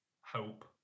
hope